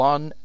One